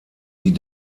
die